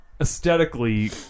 aesthetically